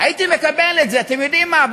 הייתי מקבל את זה, אתם יודעים מה?